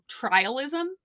trialism